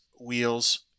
wheels